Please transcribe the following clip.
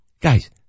Guys